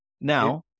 Now-